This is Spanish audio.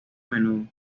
menudo